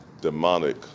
demonic